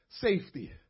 safety